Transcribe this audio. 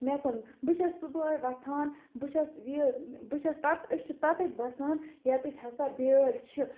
مےٚ کُن بہٕ چھَس صُبحٲے وۄتھان بہٕ چھَس یہِ بہٕ چھَس تتہٕ أسۍ چھِ تَتٮ۪تھ بَسان یَتٮ۪تھ ہَسا بیٛٲلۍ چھِ